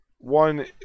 One